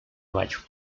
mayo